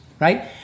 right